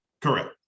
Correct